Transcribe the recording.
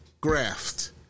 graft